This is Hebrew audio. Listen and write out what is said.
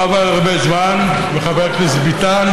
לא עבר הרבה זמן וחבר הכנסת ביטן,